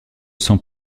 sent